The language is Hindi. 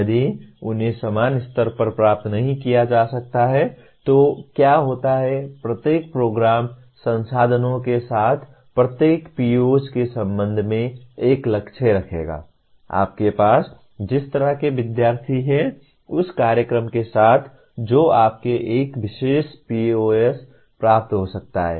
यदि उन्हें समान स्तर पर प्राप्त नहीं किया जा सकता है तो क्या होता है प्रत्येक प्रोग्राम संसाधनों के साथ प्रत्येक POs के संबंध में एक लक्ष्य रखेगा आपके पास जिस तरह के विद्यार्थी हैं उस कार्यक्रम के साथ जो आपको एक विशेष POs प्राप्त हो सकता है